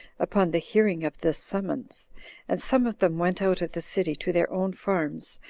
upon the hearing of this summons and some of them went out of the city to their own farms,